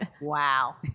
Wow